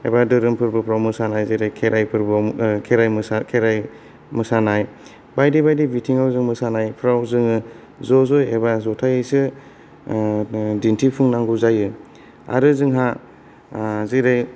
एबा धोरोम फोरबोफ्राव मोसानाय जेरै खेराइ फोरबोआव खेराय मोसानाय बायदि बायदि बिथिङाव जों मोसानायफ्राव जोङो ज' ज'यै एबा ज'थायैसो ओ दिन्थिफुंनांगौ जायो आरो जोंहा जेरै